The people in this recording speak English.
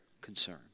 concern